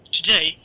Today